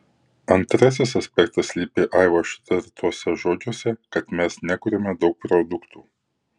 antrasis aspektas slypi aivo ištartuose žodžiuose kad mes nekuriame daug produktų